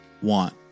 want